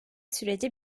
süreci